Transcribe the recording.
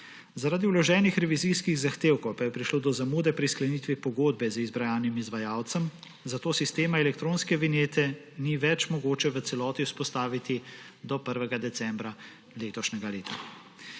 Zaradi vloženih revizijskih zahtevkov pa je prišlo do zamude pri sklenitvi pogodbe z izbranim izvajalcem, zato sistema elektronske vinjete ni več mogoče v celosti vzpostaviti do 1. decembra letošnjega leta.